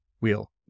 wheel